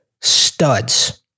studs